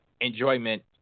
enjoyment